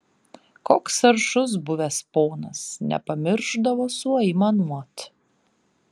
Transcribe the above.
koks aršus buvęs ponas nepamiršdavo suaimanuot